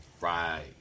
Right